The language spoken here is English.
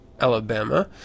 Alabama